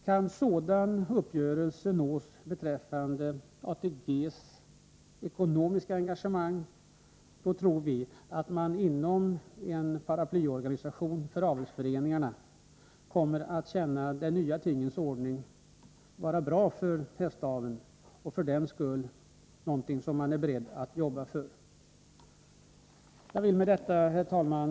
Kan sådan uppgörelse nås beträffande ATG:s ekonomiska engagemang, tror vi att man inom en paraplyorganisation för avelsföreningarna kommer att finna att de nya tingens ordning blir till fördel för hästaveln och även därmed kommer att vara beredd att arbeta för denna ordning. Herr talman!